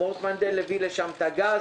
מורט מנדל הביא לשם את הגז,